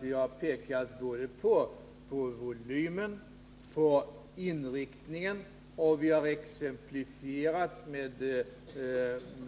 Vi har pekat på volymen, på inriktningen och vi har lämnat exempel